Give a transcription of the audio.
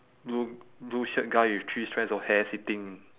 blue blue shirt guy with three strands of hair sitting